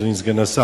אדוני סגן השר,